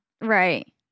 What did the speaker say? Right